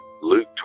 Luke